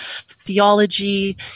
theology